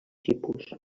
tipus